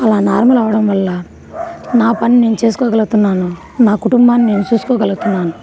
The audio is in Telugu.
అలా నార్మల్ అవడం వల్ల నా పని నేను చేసుకోగలుగుతున్నాను నా కుటుంబాన్ని నేను చూసుకోగలుగుతున్నాను